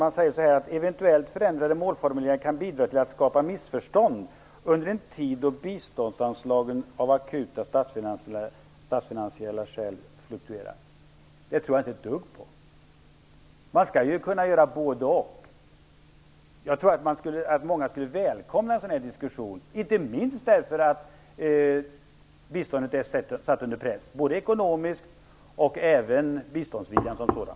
I betänkandet står det: "eventuellt förändrade målformuleringar kan bidra till att skapa missförstånd under en tid då biståndsanslagen av akuta stasfinansiella skäl fluktuerar". Det tror jag inte ett dugg på. Man skall ju kunna göra både-och. Jag tror att många skulle välkomna en sådan här diskussion, inte minst därför att biståndet är satt under press, både när det gäller ekonomin och biståndsviljan som sådan.